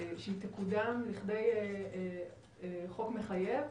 שהיא תקודם לחוק מחייב.